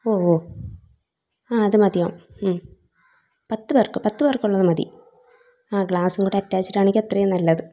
ഓ ഓ ആ അത് മതിയാവും ഉം പത്തു പേർക്ക് പത്തുപേർക്കുള്ളത് മതി ആ ഗ്ലാസും കൂടെ അറ്റാച്ച്ഡ് ആണെങ്കിൽ അത്രയും നല്ലത്